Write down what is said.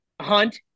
Hunt